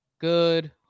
Good